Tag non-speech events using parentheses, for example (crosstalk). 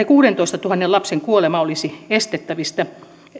(unintelligible) kuudentoistatuhannen lapsen kuolema olisi estettävissä